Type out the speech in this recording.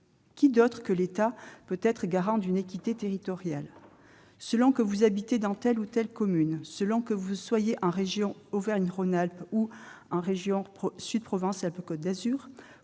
Qui d'autre que l'État peut être garant d'une équité territoriale ? Selon que vous habitez dans telle ou telle commune, selon que vous êtes en Auvergne-Rhône-Alpes ou en région Sud Provence-Alpes-Côte d'Azur,